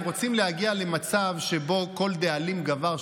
הם רוצים להגיע למצב שבו כל דאלים גבר,